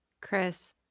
Chris